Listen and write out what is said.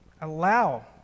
allow